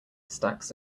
stacks